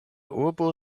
urbo